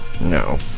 No